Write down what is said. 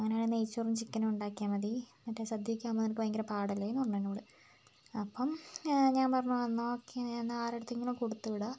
അങ്ങനെയാണെങ്കില് നെയ്ച്ചോറും ചിക്കനും ഉണ്ടാക്കിയാല് മതി മറ്റേ സദ്യയൊക്കെയാകുമ്പോള് നിനക്ക് ഭയങ്കരം പാടല്ലേ എന്നു പറഞ്ഞു എന്നോട് അപ്പം ഞാന് പറഞ്ഞു ആ എന്നാല് ഓക്കെ ഞാന് എന്നാല് ആരുടെയടുത്തെങ്കിലും കൊടുത്തുവിടാം